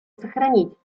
сохранить